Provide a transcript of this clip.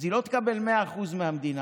אז היא לא תקבל 100% מהמדינה,